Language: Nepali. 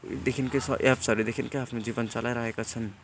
देखिकै एप्सहरूदेखिकै आफ्नो जीवन चलाइरहेका छन्